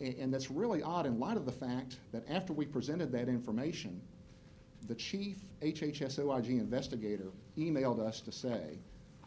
and that's really odd in lot of the fact that after we presented that information the chief h h s i watching investigator e mailed us to say i